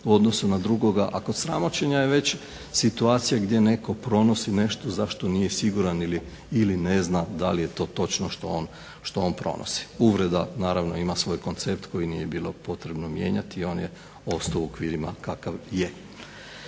u odnosu na drugoga, a kod sramoćenja je već situacija gdje netko pronosi nešto za što nije siguran ili ne zna da li je to točno što on pronosi. Uvreda naravno ima svoj koncept koji nije bilo potrebno mijenjati. On je ostao u okvirima kakav je.